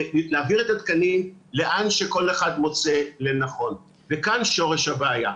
להעביר את התקנים לאן שכל אחד מוצא לנכון וכאן שורש הבעיה.